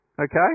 Okay